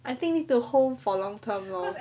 I think you need to hold for long term lor